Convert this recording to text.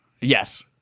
Yes